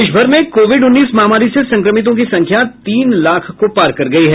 देश भर में कोविड उन्नीस महामारी से संक्रमितों की संख्या तीन लाख को पार कर गयी है